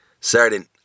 certain